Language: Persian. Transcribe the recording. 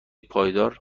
پایدار